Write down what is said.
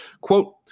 quote